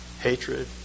hatred